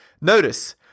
Notice